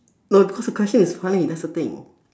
no because the question is funny that's the thing